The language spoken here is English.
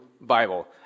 Bible